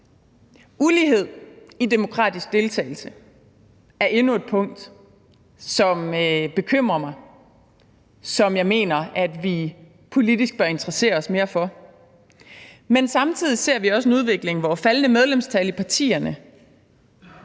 Ulighed i demokratisk deltagelse er endnu et punkt, som bekymrer mig, og som jeg mener at vi politisk bør interessere os mere for, men samtidig ser vi også en udvikling med faldende medlemstal i partierne,